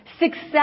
success